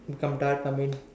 become dark I mean